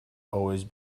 always